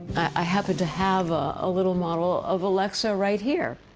i happen to have a little model of alexa right here,